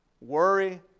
Worry